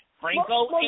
Franco